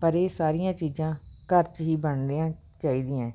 ਪਰ ਇਹ ਸਾਰੀਆਂ ਚੀਜ਼ਾਂ ਘਰ 'ਚ ਹੀ ਬਣਨੀਆਂ ਚਾਹੀਦੀਆਂ